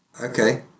Okay